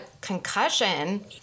concussion